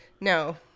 No